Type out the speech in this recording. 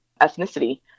ethnicity